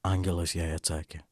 angelas jai atsakė